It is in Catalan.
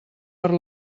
per